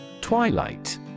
Twilight